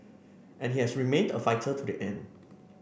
and he has remained a fighter to the end